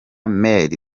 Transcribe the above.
made